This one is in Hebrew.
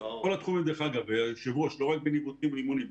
בכל התחומים ולא רק בניווטים ואימונים.